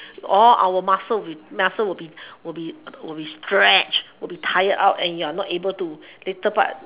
all our muscles will muscles will be will be will be stretched will be tired out and you are not able to later part